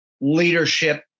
leadership